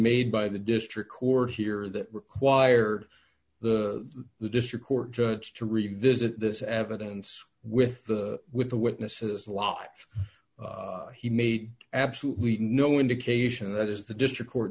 made by the district court here that require the the district court judge to revisit this evidence with with the witnesses live he made absolutely no indication that is the district court